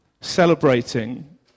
celebrating